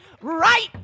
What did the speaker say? right